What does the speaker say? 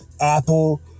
Apple